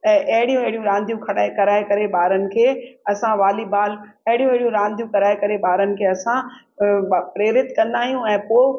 ऐं अहिड़ियूं अहिड़ियूं रांदियूं खराए करे ॿारनि खे असां वालीबॉल अहिड़ियूं अहिड़ियूं रांदियूं कराए करे ॿारनि खे असां प्रेरित कंदा आहियूं ऐं पोइ